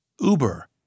Uber